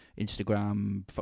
Instagram